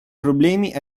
problemi